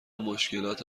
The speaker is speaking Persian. مشکلات